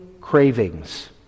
cravings